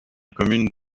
commune